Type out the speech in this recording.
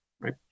right